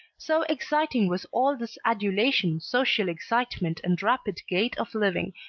so exciting was all this adulation, social excitement and rapid gait of living.